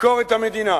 ביקורת המדינה